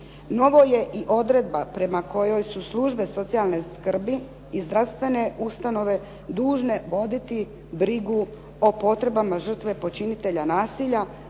Novo je i odredba prema kojoj su službe socijalne skrbi i zdravstvene ustanove dužne voditi brigu o potrebama žrtve počinitelja nasilja